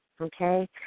Okay